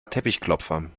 teppichklopfer